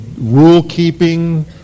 rule-keeping